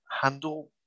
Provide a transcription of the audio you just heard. handle